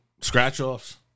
scratch-offs